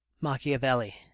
Machiavelli